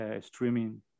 streaming